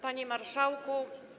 Panie Marszałku!